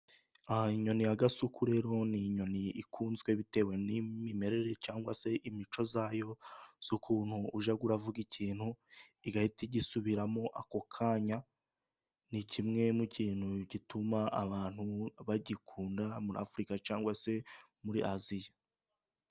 Inyoni ya Gasuku rero ni inyoni ikunzwe bitewe n'imimerere ,cyangwa se imico yayo y'ukuntu ujya uvuga ikintu igahita igisubiramo ako kanya, ni kimwe mu kintu gituma abantu bagikunda muri Afurika, cyangwa se muri Aziya.